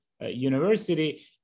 university